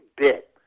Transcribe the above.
bit